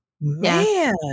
man